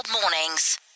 mornings